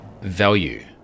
value